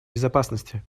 безопасности